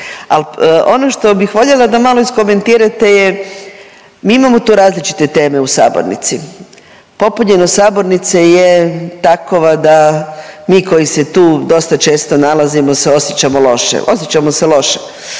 ono što bih voljela da malo iskomentirate je, mi imamo tu različite teme u sabornici, popunjenost sabornice je takova da mi koji se tu dosta često nalazimo se osjećamo loše, osjećamo se loše.